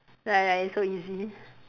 right right it's so easy